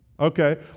Okay